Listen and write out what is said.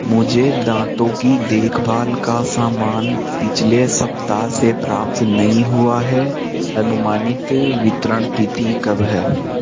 मुझे दाँतों की देखभाल का सामान पिछले सप्ताह से प्राप्त नहीं हुआ है अनुमानित वितरण तिथि कब है